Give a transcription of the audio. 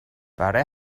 برای